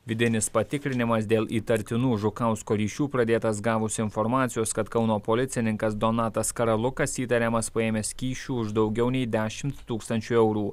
vidinis patikrinimas dėl įtartinų žukausko ryšių pradėtas gavus informacijos kad kauno policininkas donatas karalukas įtariamas paėmęs kyšių už daugiau nei dešimt tūkstančių eurų